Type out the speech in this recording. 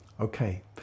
Okay